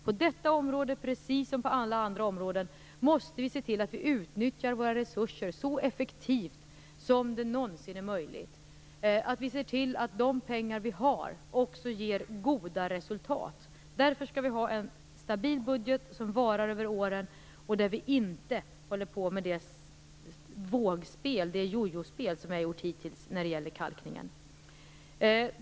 På detta område liksom på alla andra områden måste vi se till att utnyttja våra resurser så effektivt som det någonsin är möjligt. Vi måste se till att de pengar som vi har ger goda resultat. Därför skall vi ha en stabil budget som varar över åren. Det skall inte vara det vågspel eller det jojospel som det hittills har varit när det gäller kalkningen.